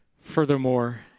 Furthermore